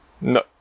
No